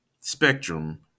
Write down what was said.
Spectrum